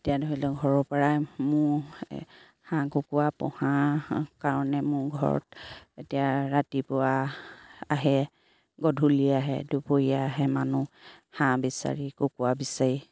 এতিয়া ধৰি লওক ঘৰৰ পৰাই মোৰ হাঁহ কুকুৰা পোহা কাৰণে মোৰ ঘৰত এতিয়া ৰাতিপুৱা আহে গধূলি আহে দুপৰীয়া আহে মানুহ হাঁহ বিচাৰি কুকুৰা বিচাৰি